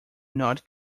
not